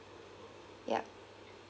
yup